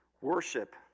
worship